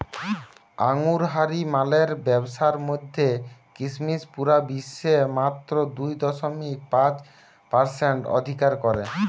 আঙুরহারি মালের ব্যাবসার মধ্যে কিসমিস পুরা বিশ্বে মাত্র দুই দশমিক পাঁচ পারসেন্ট অধিকার করে